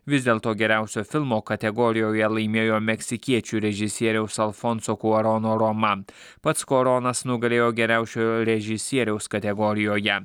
vis dėlto geriausio filmo kategorijoje laimėjo meksikiečių režisieriaus alfonso kuarono roma pats kuaronas nugalėjo geriausiojo režisieriaus kategorijoje